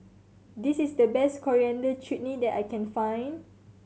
this is the best Coriander Chutney that I can find